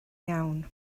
iawn